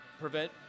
prevent